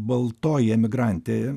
baltoji emigrantė